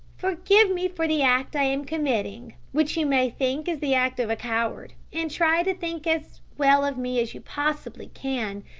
forgive me for the act i am committing, which you may think is the act of a coward, and try to think as well of me as you possibly can.